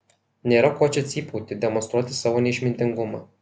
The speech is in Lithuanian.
nėra ko čia cypauti demonstruoti savo neišmintingumą